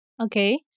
Okay